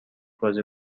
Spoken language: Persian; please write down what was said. بازی